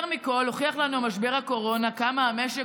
יותר מכול הוכיח לנו משבר הקורונה כמה המשק